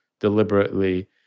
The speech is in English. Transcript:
deliberately